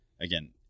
again